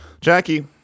Jackie